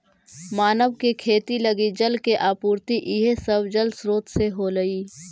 मानव के खेती लगी जल के आपूर्ति इहे सब जलस्रोत से होलइ